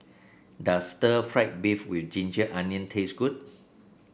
does Stir Fried Beef with ginger onion taste good